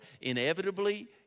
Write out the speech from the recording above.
Inevitably